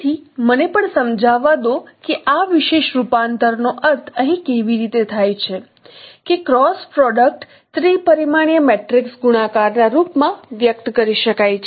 તેથી મને પણ સમજાવવા દો કે આ વિશેષ રૂપાંતરનો અર્થ અહીં કેવી રીતે થાય છે કે ક્રોસ પ્રોડક્ટ ત્રિ પરિમાણીય મેટ્રિક્સ ગુણાકારના રૂપમાં વ્યક્ત કરી શકાય છે